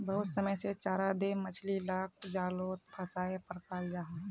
बहुत समय से चारा दें मछली लाक जालोत फसायें पक्राल जाहा